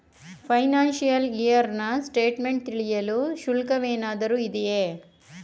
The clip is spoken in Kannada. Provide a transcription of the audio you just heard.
ಫೈನಾಶಿಯಲ್ ಇಯರ್ ನ ಸ್ಟೇಟ್ಮೆಂಟ್ ತಿಳಿಯಲು ಶುಲ್ಕವೇನಾದರೂ ಇದೆಯೇ?